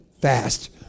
Fast